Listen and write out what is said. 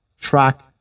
track